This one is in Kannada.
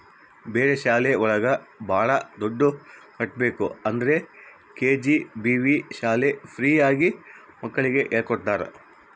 ಬೇರೆ ಶಾಲೆ ಒಳಗ ಭಾಳ ದುಡ್ಡು ಕಟ್ಬೇಕು ಆದ್ರೆ ಕೆ.ಜಿ.ಬಿ.ವಿ ಶಾಲೆ ಫ್ರೀ ಆಗಿ ಮಕ್ಳಿಗೆ ಹೇಳ್ಕೊಡ್ತರ